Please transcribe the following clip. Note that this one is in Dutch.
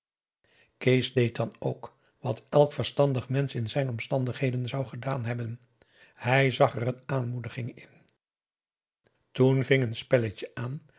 kees deed dan ook wat elk verstandig mensch in zijn omstandigheden zou gedaan hebben hij zag er een aanmoediging in toen ving een spelletje aan